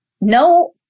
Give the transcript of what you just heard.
no